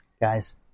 guys